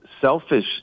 selfish